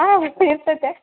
ಹಾಂ ಒಟ್ಟು ಇರ್ತೈತೆ